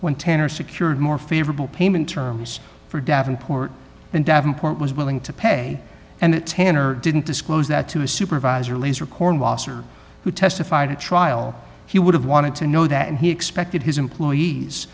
when tanner secured more favorable payment terms for davenport than davenport was willing to pay and the tenor didn't disclose that to a supervisor lazar cornwallis or who testified at trial he would have wanted to know that he expected his employees